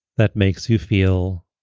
that makes you feel